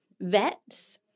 vets